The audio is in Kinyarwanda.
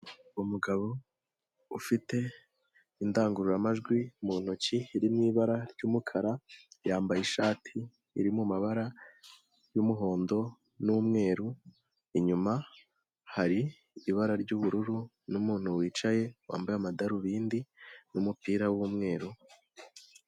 Umugabo ufite indangururamajwi mu ntoki iri mu ibara ry'umukara, yambaye ishati iri mu mabara y'umuhondo n'umweru, inyuma hari ibara ry'ubururu n'umuntu wicaye wambaye amadarubindi n'umupira w'umweru.